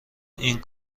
این